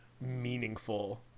meaningful